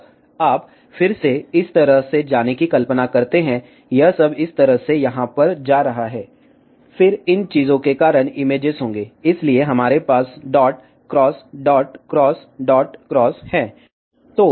अब आप फिर से इस तरह से जाने की कल्पना करते हैं यह सब इस तरह से यहाँ पर जा रहा है फिर इन चीज़ों के कारण इमेजेस होंगे इसलिए हमारे पास dot cross dot cross dot cross हैं